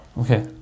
Okay